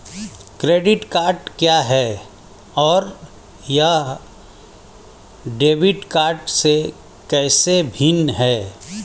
Credit card क्या है और यह डेबिट कार्ड से कैसे भिन्न है?